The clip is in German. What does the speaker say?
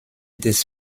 des